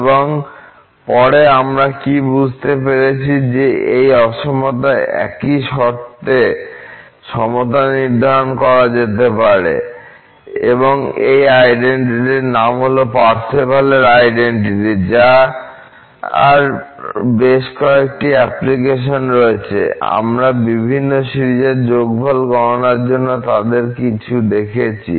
এবং পরে আমরা কি বুঝতে পেরেছি যে এই সমতা একই শর্তে সমতা নির্ধারণ করা যেতে পারে এবং এই আইডেন্টিটির নাম হল পার্সেভালের আইডেন্টিটি যার বেশ কয়েকটি অ্যাপ্লিকেশন রয়েছে আমরা বিভিন্ন সিরিজের যোগফল গণনার জন্য তাদের কিছু দেখেছি